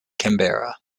canberra